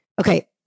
Okay